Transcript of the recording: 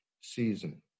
season